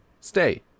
stay